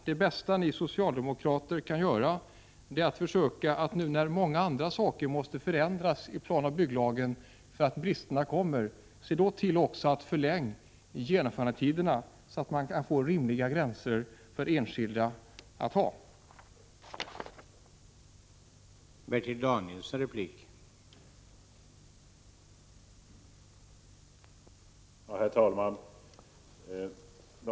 Det bästa ni socialdemokrater kan göra, när nu många andra saker måste förändras i planoch bygglagen på grund av bristerna, är att försöka se till att genomförandetiderna förlängs så att gränserna för de enskilda blir rimliga.